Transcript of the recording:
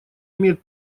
имеет